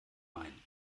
main